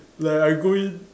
like I go in